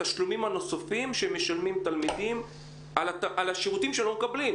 התשלומים הנוספים שמשלמים תלמידים על השירותים שהם לא מקבלים,